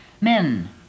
men